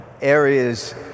areas